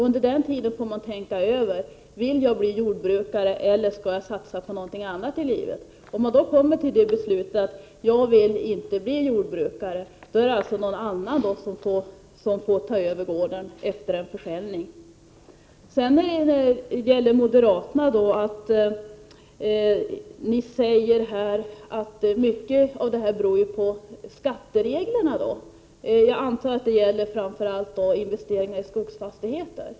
Under den tiden får man tänka över om man vill bli jordbrukare eller vill satsa på något annat i livet. Kommer man fram till beslutet att man inte vill bli jordbrukare, får alltså någon annan ta över gården efter försäljning. Moderaterna säger att många av dessa problem beror på skattereglerna. Jag antar att det framför allt gäller investeringarna i skogsfastigheter.